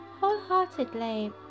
wholeheartedly